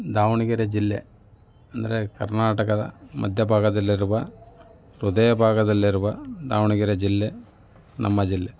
ದಾವಣಗೆರೆ ಜಿಲ್ಲೆ ಅಂದರೆ ಕರ್ನಾಟಕದ ಮಧ್ಯ ಭಾಗದಲ್ಲಿರುವ ಹೃದಯ ಭಾಗದಲ್ಲಿರುವ ದಾವಣಗೆರೆ ಜಿಲ್ಲೆ ನಮ್ಮ ಜಿಲ್ಲೆ